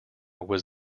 was